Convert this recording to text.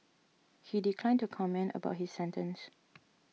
he declined to comment about his sentence